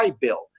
Bill